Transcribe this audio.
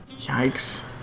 Yikes